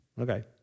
Okay